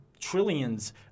trillions